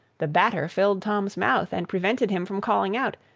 the batter filled tom's mouth, and prevented him from calling out,